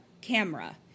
camera